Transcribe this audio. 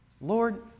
Lord